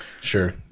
Sure